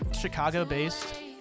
Chicago-based